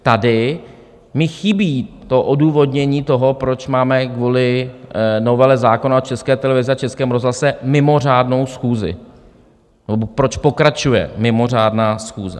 Tady mi chybí to odůvodnění toho, proč máme kvůli novele zákona o České televizi a Českém rozhlase mimořádnou schůzi, nebo proč pokračuje mimořádná schůze.